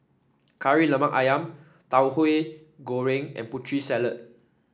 Kari Lemak ayam Tauhu Goreng and Putri Salad